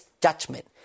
judgment